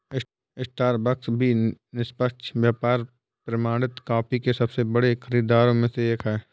Starbucks भी निष्पक्ष व्यापार प्रमाणित कॉफी के सबसे बड़े खरीदारों में से एक है